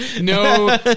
No